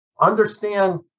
understand